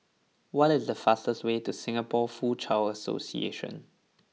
what is the fastest way to Singapore Foochow Association